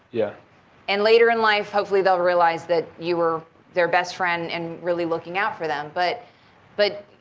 yeah and later in life, hopefully they'll realize that you were their best friend and really looking out for them. but but